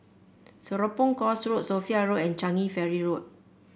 Serapong Course Road Sophia Road and Changi Ferry Road